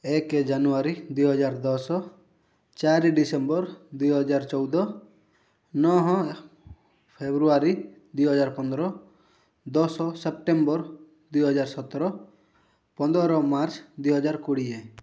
ଏକ ଜାନୁଆରୀ ଦୁଇହଜାର ଦଶ ଚାରି ଡିସେମ୍ବର ଦୁଇହଜାର ଚଉଦ ନହ ଫେବୃଆରୀ ଦୁଇହଜାର ପନ୍ଦର ଦଶ ସେପ୍ଟେମ୍ବର ଦୁଇହଜାର ସତର ପନ୍ଦର ମାର୍ଚ୍ଚ ଦୁଇହଜାର କୋଡ଼ିଏ